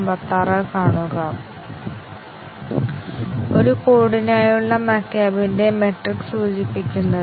അതിനാൽ ഇത് ഞങ്ങൾ ഒരു ഗ്രാഫിന്റെ രൂപത്തിൽ പ്രതിനിധീകരിക്കുന്നു